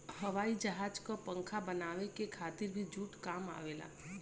हवाई जहाज क पंखा बनावे के खातिर भी जूट काम आवेला